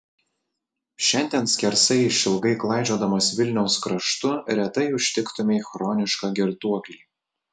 šiandien skersai išilgai klaidžiodamas vilniaus kraštu retai užtiktumei chronišką girtuoklį